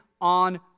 on